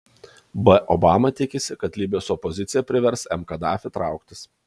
b obama tikisi kad libijos opozicija privers m kadafį trauktis